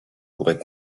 pourrait